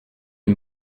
une